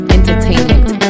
Entertainment